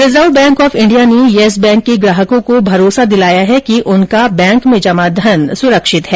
reserve Bank ने Yes Bank के ग्राहकों को भरोसा दिलाया है कि उनका बैंक में जमाधन सुरक्षित हैं